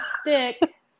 stick